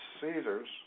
Caesar's